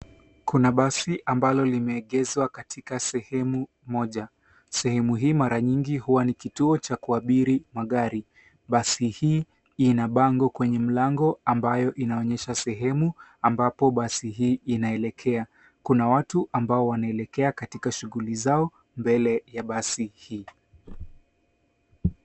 Kuna basi ambalo limeegezwa katika sehemu moja. Sehemu hii mara nyingi huwa ni kituo cha kuabiri magari. Basi hii ina bango kwenye mlango ambayo inaonyesha sehemu ambapo basi hii inaelekea. Kuna watu ambao wanaelekea katika shughuli zao mbele ya basi hii.